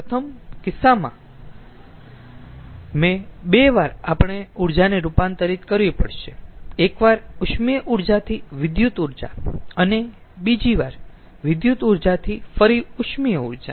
પ્રથમ કિસ્સામાં બે વાર આપણે ઊર્જાને રૂપાંતરિત કરવી પડશે એકવાર ઉષ્મીય ઊર્જાથી વિધુત ઊર્જા અને પછી વિધુત ઊર્જાથી ફરી ઉષ્મીય ઊર્જા